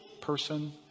person